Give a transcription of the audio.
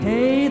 Hey